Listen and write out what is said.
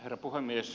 herra puhemies